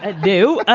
ah do. ah